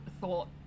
thought